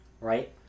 right